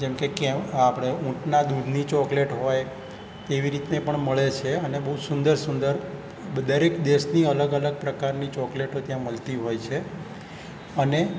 જેમ કે કે આપણે ઊંટના દૂધની ચોકલેટ હોય તેવી રીતની પણ મળે છે અને બહુ સુંદર સુંદર દરેક દેશની અલગ અલગ પ્રકારની ચોકલેટો ત્યાં મળતી હોય છે અને